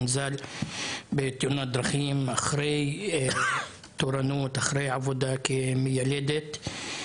ז"ל בתאונת דרכים אחרי תורנות בעבודתה כמיילדת.